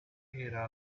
era